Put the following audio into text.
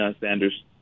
Sanders